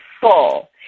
full